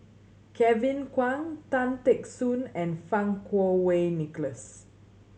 Kevin Kwan Tan Teck Soon and Fang Kuo Wei Nicholas